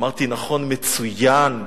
אמרתי: נכון, מצוין,